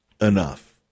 enough